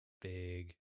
Big